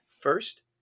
first